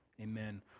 amen